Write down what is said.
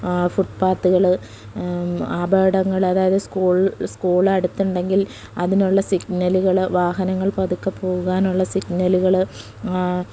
ഫുട് പാത്തുകൾ അപകടങ്ങൾ അതായത് സ്കൂൾ സ്കൂള അടുത്തുണ്ടെങ്കിൽ അതിനുള്ള സിഗ്നലുകൾ വാഹനങ്ങൾ പതുക്കെ പോകാനുള്ള സിഗ്നലുകൾ